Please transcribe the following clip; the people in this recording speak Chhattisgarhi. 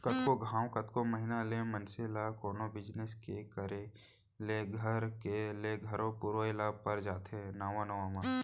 कतको घांव, कतको महिना ले मनसे ल कोनो बिजनेस के करे ले घर ले घलौ पुरोय ल पर जाथे नवा नवा म